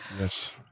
Yes